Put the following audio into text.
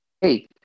Hey